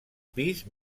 pis